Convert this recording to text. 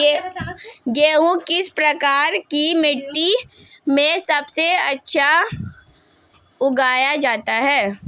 गेहूँ किस प्रकार की मिट्टी में सबसे अच्छा उगाया जाता है?